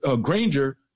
Granger